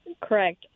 correct